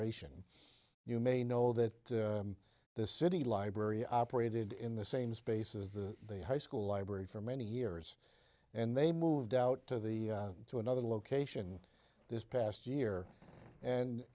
ation you may know that the city library operated in the same space as the high school library for many years and they moved out to the to another location this past year and